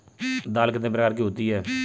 दाल कितने प्रकार की होती है?